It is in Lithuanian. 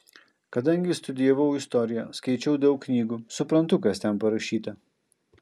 kadangi studijavau istoriją skaičiau daug knygų suprantu kas ten parašyta